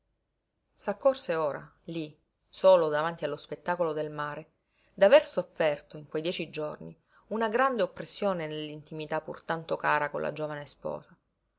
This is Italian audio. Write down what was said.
pensarci s'accorse ora lí solo davanti allo spettacolo del mare d'aver sofferto in quei dieci giorni una grande oppressione nell'intimità pur tanto cara con la giovane sposa